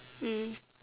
mm